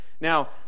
Now